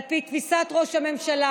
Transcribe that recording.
על פי תפיסת ראש הממשלה,